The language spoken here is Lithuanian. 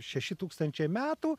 šeši tūkstančiai metų